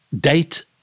date